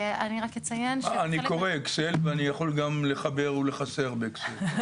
אני קורא אקסל, ואני יכול גם לחבר ולחסר באקסל.